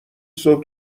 صبح